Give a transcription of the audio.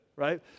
Right